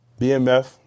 BMF